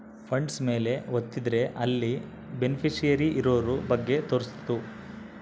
funds ಮೇಲೆ ವತ್ತಿದ್ರೆ ಅಲ್ಲಿ ಬೆನಿಫಿಶಿಯರಿ ಇರೋರ ಬಗ್ಗೆ ತೋರ್ಸುತ್ತ